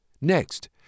Next